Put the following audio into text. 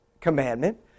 commandment